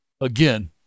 again